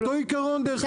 על אותו עיקרון דרך אגב,